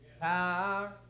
power